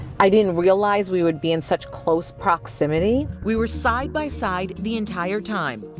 i didn't realize we would be in such close proximity. we were side by side the entire time.